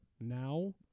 now